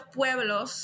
pueblos